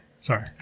Sorry